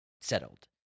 settled